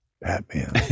Batman